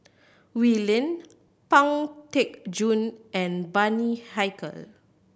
Wee Lin Pang Teck Joon and Bani Haykal